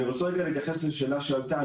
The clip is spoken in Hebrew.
אני רוצה להתייחס לשאלה שעלתה,